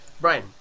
Brian